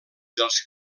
dels